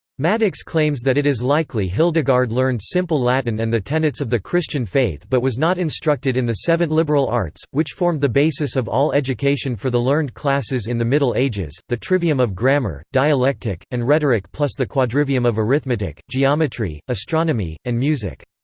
maddocks claims that it is likely hildegard learned simple latin and the tenets of the christian faith but was not instructed in the seven liberal arts, which formed the basis of all education for the learned classes in the middle ages the trivium of grammar, dialectic, and rhetoric plus the quadrivium of arithmetic, geometry, astronomy, and music.